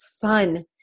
fun